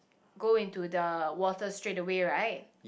go into the water straight away right